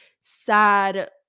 sad